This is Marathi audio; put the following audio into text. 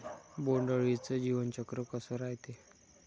बोंड अळीचं जीवनचक्र कस रायते?